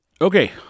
Okay